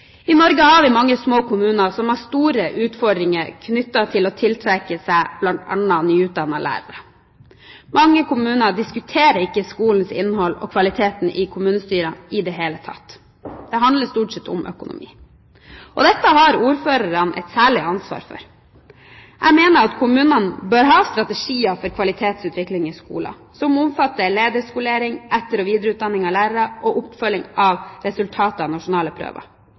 I Norge har vi mange små kommuner som har store utfordringer knyttet til å tiltrekke seg bl.a. nyutdannede lærere. Mange kommuner diskuterer ikke skolens innhold og kvaliteten i skolen i kommunestyrene i det hele tatt. Det handler stort sett om økonomi. Dette har ordførerne et særlig ansvar for. Jeg mener at kommunene bør ha strategier for kvalitetsutvikling i skolene som omfatter lederskolering, etter- og videreutdanning av lærere og oppfølging av resultater av nasjonale prøver.